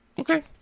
Okay